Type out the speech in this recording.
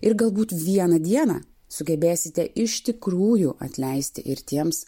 ir galbūt vieną dieną sugebėsite iš tikrųjų atleisti ir tiems